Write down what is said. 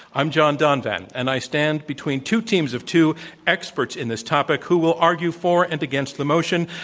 i'm john donvan, and i stand between two teams of two experts in this topic who will argue for and against the motion.